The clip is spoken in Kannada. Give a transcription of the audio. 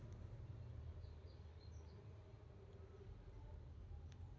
ಮಣ್ಣಿನ್ಯಾಗ ನೇರಿನ ಅಂಶ ಹೆಚಾದರ ಕಡಮಿ ಮಾಡುದು ಕಡಮಿ ಆದ್ರ ಹೆಚ್ಚ ಮಾಡುದು